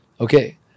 Okay